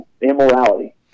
immorality